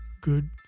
good